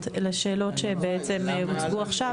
תוכל להביא מענה לשאלות שהוצגו עכשיו.